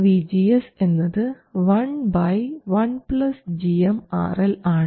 VGS എന്നത് 1 1 gm RL ആണ്